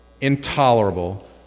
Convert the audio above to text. intolerable